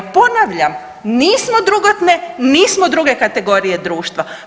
Ponavljam nisu drugotne, nismo druge kategorije društva.